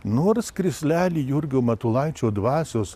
nors krislelį jurgio matulaičio dvasios